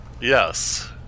Yes